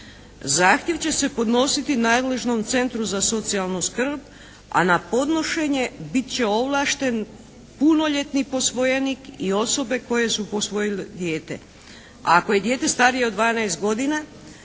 Zahtjev će se podnositi nadležnom Centru za socijalnu skrb, a na podnošenje bit će ovlašten punoljetnik posvojenik i osobe koje su posvojile dijete, a ako je dijete starije od 12 godina